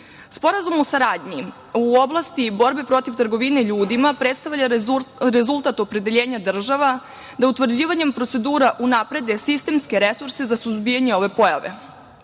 o saradnji u oblasti borbe protiv trgovine ljudima predstavlja rezultat opredeljenja država da utvrđivanjem procedura unaprede sistemske resurse za suzbijanje ove pojave.